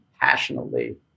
passionately